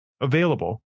available